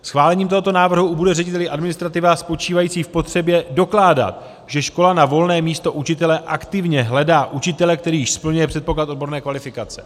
Schválením tohoto návrhu ubude řediteli administrativa spočívající v potřebě dokládat, že škola na volné místo učitele aktivně hledá učitele, který již splňuje předpoklad odborné kvalifikace.